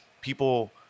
people